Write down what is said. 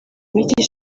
mike